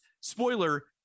spoiler